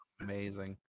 Amazing